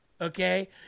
okay